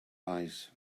eyes